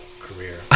career